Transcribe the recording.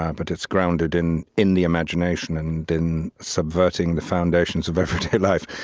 um but it's grounded in in the imagination and in subverting the foundations of everyday life.